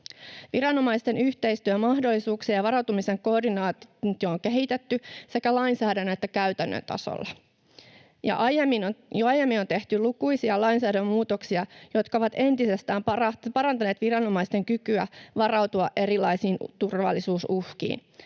Viranomaisten yhteistyömahdollisuuksia ja varautumisen koordinaatiota on kehitetty sekä lainsäädännön että käytännön tasolla. Jo aiemmin on tehty lukuisia lainsäädäntömuutoksia, jotka ovat entisestään parantaneet viranomaisten kykyä varautua erilaisiin turvallisuusuhkiin.